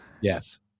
yes